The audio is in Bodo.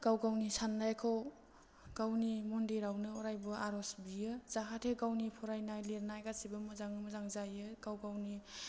गाव गावनि सान्नायखौ गावनि मन्दिरावनो अरायबो आर'ज बियो जाहाथे गावनि फरायनाय लिरनाय गासैबो मोजाङै मोजां जायो गाव गावनि